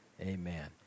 Amen